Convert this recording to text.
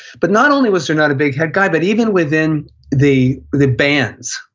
but not only was there not a big head guy, but even within the the bands,